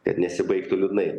kad nesibaigtų liūdnai